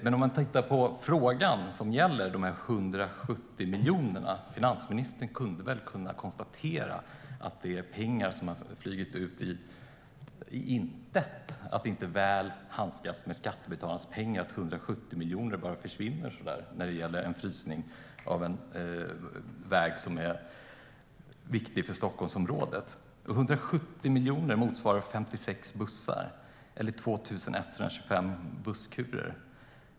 Men om man tittar på den fråga det gäller, nämligen de 170 miljonerna, kunde väl finansministern konstatera att det är pengar som har flugit ut i intet och att det inte är att handskas väl med skattebetalarnas pengar när 170 miljoner bara försvinner så där när det gäller en frysning av en väg som är viktig för Stockholmsområdet. 170 miljoner motsvarar 56 bussar eller 2 125 busskurer.